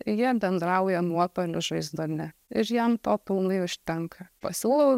jie bendrauja nuotoliu žaisdami ir jam to pilnai užtenka pasiūlau